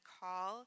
call